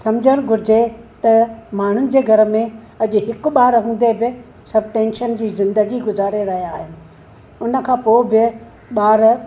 सम्झणु घुरिजे त माण्हुनि जे घर में अॼु हिकु ॿारु हूंदे बि सभु टेंशन जी ज़िंदगी गुज़ारे रहिया आहिनि उन खां पोइ बि ॿार